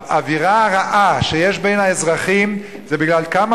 האווירה הרעה שיש בין האזרחים זה בגלל כמה